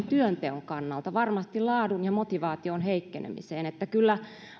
työnteon kannalta varmasti laadun ja motivaation heikkenemiseen kyllä